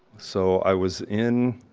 so i was in,